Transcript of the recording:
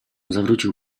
zawrócił